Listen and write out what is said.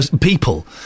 people